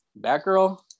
Batgirl